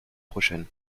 prochaine